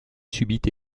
subit